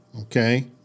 okay